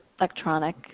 electronic